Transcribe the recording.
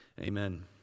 Amen